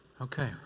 Okay